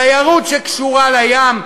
תיירות שקשורה לים,